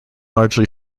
largely